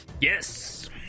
Yes